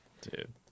Dude